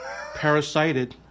parasited